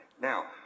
Now